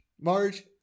Marge